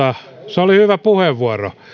se oli hyvä puheenvuoro